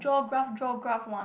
draw graph draw graph one